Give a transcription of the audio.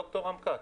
דוקטור רם כץ.